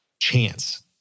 chance